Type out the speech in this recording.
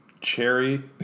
cherry